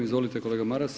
Izvolite kolega Maras.